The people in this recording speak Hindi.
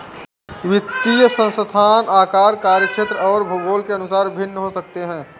वित्तीय संस्थान आकार, कार्यक्षेत्र और भूगोल के अनुसार भिन्न हो सकते हैं